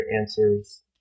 answers